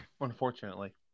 unfortunately